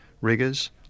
riggers